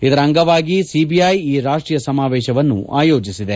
ಇದರ ಅಂಗವಾಗಿ ಸಿಬಿಐ ಈ ರಾಷ್ಟೀಯ ಸಮಾವೇಶವನ್ನು ಆಯೋಜಿಸಿದೆ